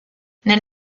nel